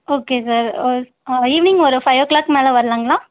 okay sir ah ah evening ஒரு five o'clock மேலே வரலாங்களா